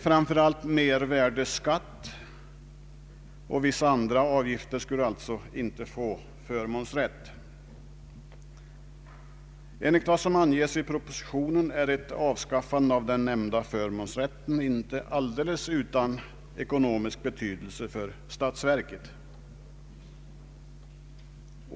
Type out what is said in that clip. Framför allt mervärdeskatt och vissa andra avgifter skulle alltså inte få förmånsrätt. Enligt vad som anges i propositionen är ett avskaffande av den nämnda förmånsrätten inte alldeles utan ekonomisk betydelse för statsverket.